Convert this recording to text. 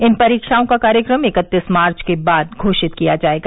इन परीक्षाओं का कार्यक्रम इकत्तीस मार्च के बाद घोषित किया जायेगा